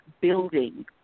building